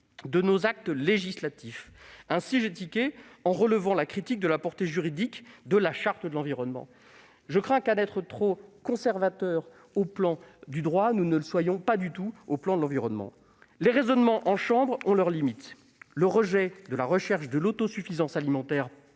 de nos actes législatifs. Ainsi, j'ai tiqué en entendant les critiques sur la portée juridique de la Charte de l'environnement. Je crains qu'à être trop conservateurs sur le plan du droit, nous ne soyons pas du tout au rendez-vous sur le plan de l'environnement. Les raisonnements en chambre ont leurs limites. Le rejet de la recherche de l'autosuffisance alimentaire